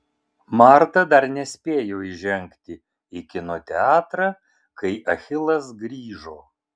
marta dar nespėjo įžengti į kino teatrą kai achilas grįžo